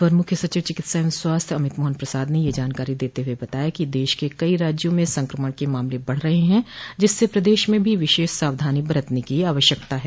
अपर मुख्य सचिव चिकित्सा एवं स्वास्थ्य अमित मोहन प्रसाद ने यह जानकारी देते हुए बताया कि देश के कई राज्यों में संकमण के मामले बढ़ रहे हैं जिससे प्रदेश में भी विशेष सावधानी बरतने की आवश्यकता है